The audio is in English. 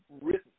written